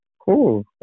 cool